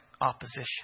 opposition